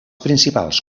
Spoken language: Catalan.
principals